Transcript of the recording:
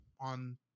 on